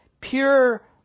pure